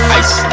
ice